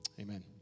amen